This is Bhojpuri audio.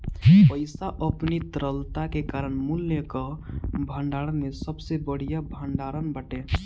पईसा अपनी तरलता के कारण मूल्य कअ भंडारण में सबसे बढ़िया भण्डारण बाटे